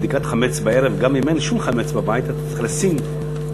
בבדיקת חמץ בערב גם אם אין שום חמץ בבית אתה צריך לשים בעשרה